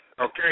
okay